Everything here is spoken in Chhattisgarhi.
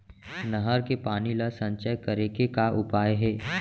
नहर के पानी ला संचय करे के का उपाय हे?